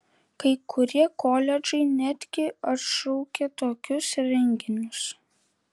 kai kurie koledžai netgi atšaukė tokius renginius